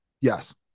yes